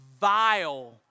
vile